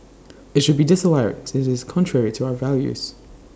IT should be disallowed since IT is contrary to our values